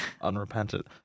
unrepentant